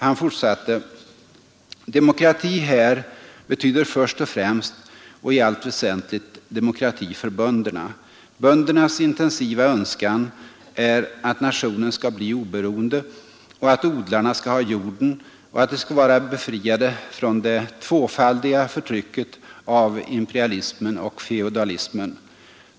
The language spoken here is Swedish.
Han fortsatte: ”Demokrati här betyder först och främst och i allt väsentligt demokrati för bönderna. Böndernas intensiva önskan är att nationen ska bli oberoende och att odlarna ska ha jorden och att de ska vara befriade från det tvåfaldiga förtrycket av imperialismen och feodalismen.